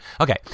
Okay